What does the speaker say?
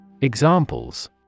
Examples